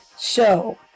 show